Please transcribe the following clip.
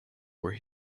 where